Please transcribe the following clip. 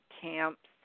camps